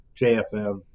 JFM